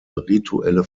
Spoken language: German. rituelle